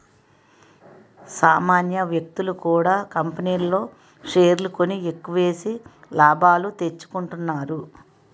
సామాన్య వ్యక్తులు కూడా కంపెనీల్లో షేర్లు కొని ఎక్కువేసి లాభాలు తెచ్చుకుంటున్నారు